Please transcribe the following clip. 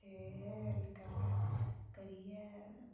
ते एह् गल्ल करियै